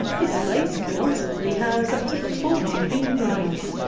this place can ultimately house up to forty beam lines,